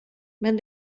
men